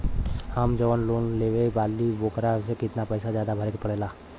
हम जवन लोन लेले बानी वोकरा से कितना पैसा ज्यादा भरे के पड़ेला?